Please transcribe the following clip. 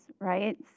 right